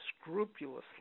scrupulously